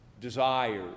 desires